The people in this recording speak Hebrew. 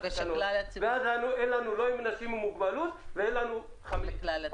ואז לא יעלו לא אנשים עם מוגבלות ולא אנשים בכלל.